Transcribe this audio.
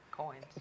Coins